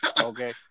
Okay